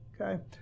Okay